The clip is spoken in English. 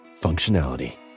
functionality